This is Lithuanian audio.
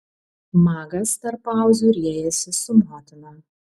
magas tarp pauzių riejasi su motina